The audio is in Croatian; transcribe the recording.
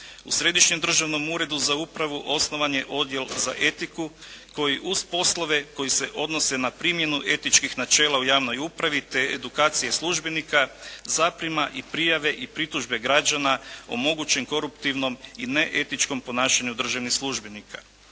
U Središnjem državnom uredu za upravu osnovan je Odjel za etiku koji uz poslove koji se odnose na primjenu etičkih načela u javnoj upravu te edukacije službenika zaprima i prijave i pritužbe građana o mogućem koruptivnom i neetičkom ponašanju državnih službenika.